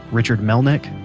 richard melnick,